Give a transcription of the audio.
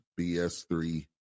BS3